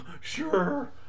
Sure